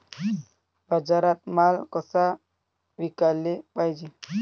बाजारात माल कसा विकाले पायजे?